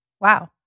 wow